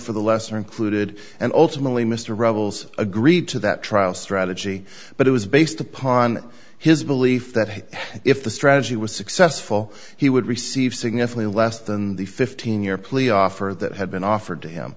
for the lesser included and ultimately mr rubbles agreed to that trial strategy but it was based upon his belief that if the strategy was successful he would receive significantly less than the fifteen year plea offer that had been offered to him